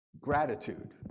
gratitude